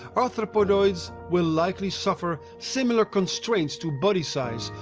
arthropodoids will likely suffer similar constraints to body size,